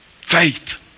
faith